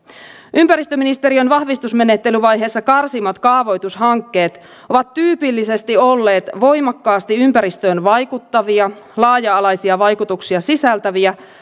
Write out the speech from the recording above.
ympäristöministeriön vahvistusmenettelyvaiheessa karsimat kaavoitushankkeet ovat tyypillisesti olleet voimakkaasti ympäristöön vaikuttavia laaja alaisia vaikutuksia sisältäviä